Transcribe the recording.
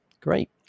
Great